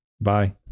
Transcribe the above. Bye